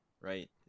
right